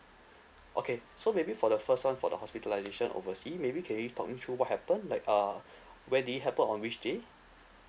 okay so maybe for the first one for the hospitalisation oversea maybe can you talk me through what happen like uh where did it happened on which day